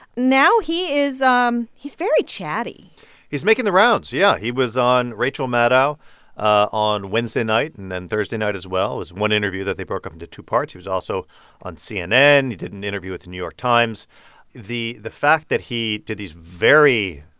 now he is um he's very chatty he's making the rounds, yeah. he was on rachel maddow on wednesday night and then thursday night as well. it was one interview that they broke up into two parts. he was also on cnn. he did an interview with the new york times the the fact that he did these very